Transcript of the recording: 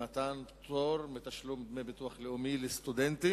למתן פטור מתשלום דמי ביטוח לאומי לסטודנטים.